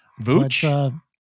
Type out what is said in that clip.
Vooch